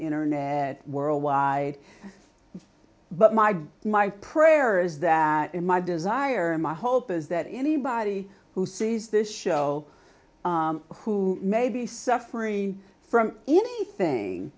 internet worldwide but my god my prayer is that in my desire my hope is that anybody who sees this show who may be suffering from anything